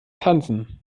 tanzen